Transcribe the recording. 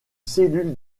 cellule